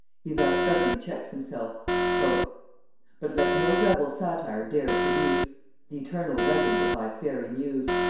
he thus suddenly checks himself but let no rebel satyr dare traduce th' eternal legends of thy faery muse,